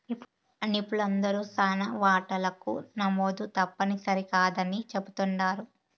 నిపుణులందరూ శానా వాటాలకు నమోదు తప్పుని సరికాదని చెప్తుండారు